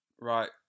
Right